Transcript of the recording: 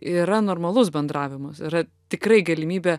yra normalus bendravimas yra tikrai galimybė